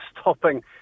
stopping